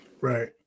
Right